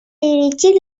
dirigir